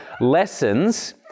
lessons